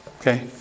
Okay